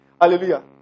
Hallelujah